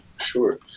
sure